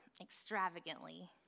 extravagantly